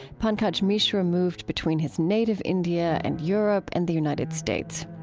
pankaj mishra moved between his native india and europe and the united states.